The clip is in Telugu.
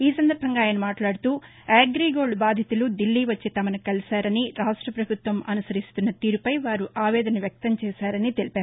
ఈ సందర్బంగా ఆయన మాట్లాడుతూ అగ్రిగోల్డ్ బాధితులు ఢిల్లీ వచ్చి తమను కలిశారని రాష్ట ప్రభుత్వం అనుసరిస్తున్న తీరుపై వారు ఆవేదన వ్యక్తం చేశారని తెలిపారు